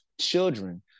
children